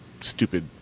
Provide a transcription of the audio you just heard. stupid